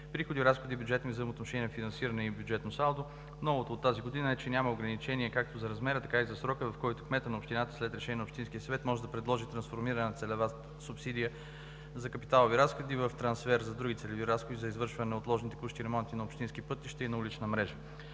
приходи, разходи, бюджетни взаимоотношения, финансиране и бюджетно салдо. Новото от тази година е, че няма ограничение както за размера, така и за срока, в който кметът на общината, след решение на общинския съвет, може да предложи трансформиране на целевата субсидия за капиталови разходи в трансфер за други целеви разходи за извършване на неотложни текущи ремонти на общински пътища и на улична мрежа.